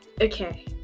okay